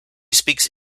speaks